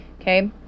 okay